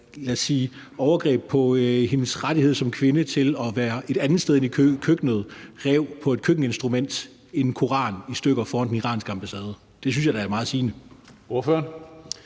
overgreb på hendes rettighed som kvinde til at være et andet sted end i køkkenet rev en koran i stykker på et køkkeninstrument foran den iranske ambassade. Det synes jeg da er meget sigende.